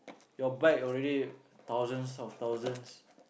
your bike already thousands of thousands